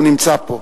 נמצא פה.